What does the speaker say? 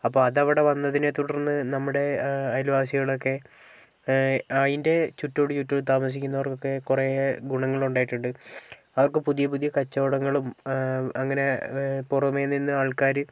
അപ്പോൾ അത് അവിടെ വന്നതിനെ തുടർന്ന് നമ്മുടെ അയൽവാസികളൊക്കെ അതിൻ്റെ ചുറ്റോടു ചുറ്റ് താമസിക്കുന്നവർക്ക് ഒക്കെ കുറേ ഗുണങ്ങൾ ഉണ്ടായിട്ടുണ്ട് അവർക്ക് പുതിയ പുതിയ കച്ചവടങ്ങളും അങ്ങനെ പുറമേ നിന്ന് ആൾക്കാർ